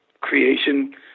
creation